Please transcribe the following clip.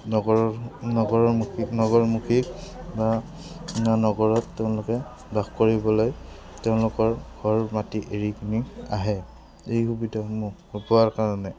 নগৰৰ নগৰৰ মুখী নগৰমুখী বা নগৰত তেওঁলোকে বাস কৰিবলৈ তেওঁলোকৰ ঘৰ মাটি এৰি কিনি আহে এই সুবিধাসমূহ পোৱাৰ কাৰণে